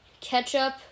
Ketchup